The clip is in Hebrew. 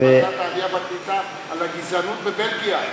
ועדת העלייה והקליטה על הגזענות בבלגיה.